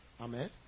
Amen